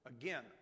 Again